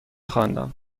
خواندم